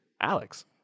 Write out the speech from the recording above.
Alex